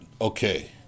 okay